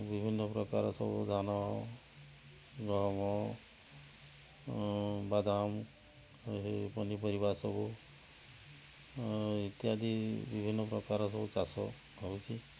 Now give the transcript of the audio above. ବିଭିନ୍ନ ପ୍ରକାରର ସବୁ ଧାନ ଗହମ ବାଦାମ ଏଇ ପନିପରିବା ସବୁ ଏ ଇତ୍ୟାଦି ବିଭିନ୍ନ ପ୍ରକାରର ଚାଷ ହେଉଛି